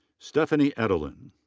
stephanie edelen.